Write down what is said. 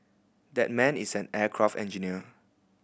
that man is an aircraft engineer